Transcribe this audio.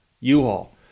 u-haul